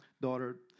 daughter